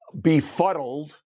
befuddled